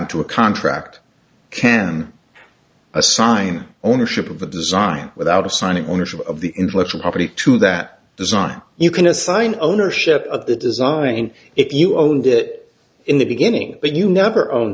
patent to a contract can assign ownership of the design without assigning ownership of the intellectual property to that design you can assign ownership of the design if you owned it in the beginning but you never own